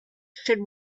should